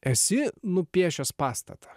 esi nupiešęs pastatą